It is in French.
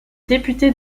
député